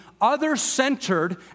other-centered